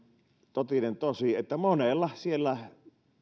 totinen tosi että monella siellä